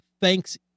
thanks